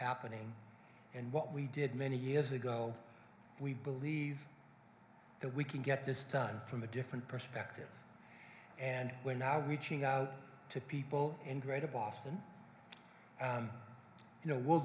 happening and what we did many years ago we believe that we can get this done from a different perspective and we're not reaching out to people in greater boston you know we'll